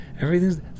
Everything's